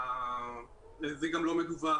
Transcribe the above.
זה גם לא מדווח,